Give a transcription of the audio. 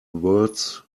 words